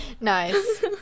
Nice